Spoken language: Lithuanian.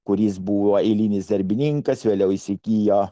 kuris buvo eilinis darbininkas vėliau įsigijo